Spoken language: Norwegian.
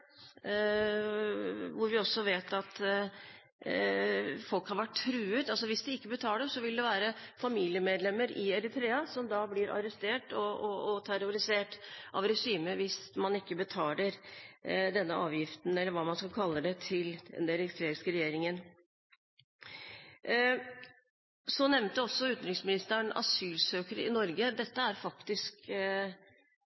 hvor vi vet at folk har vært truet. Hvis de ikke betaler denne avgiften – eller hva man skal kalle det – til den eritreiske regjeringen, vil familiemedlemmer i Eritrea bli arrestert og terrorisert av regimet. Utenriksministeren nevnte også asylsøkere i Norge. Eritrea er et land der det